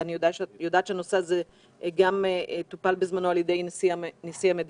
אני יודעת שהנושא הזה טופל בזמנו גם על ידי נשיא המדינה.